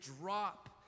drop